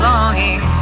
Longing